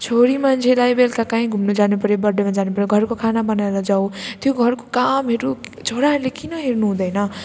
छोरी मान्छेलाई बेलुका काहीँ घुम्न जानुपर्यो बर्थडेमा जानुपर्यो घरको खाना बनाएर जाऊ त्यो घरको कामहरू छोराहरूले किन हेर्नुहुँदैन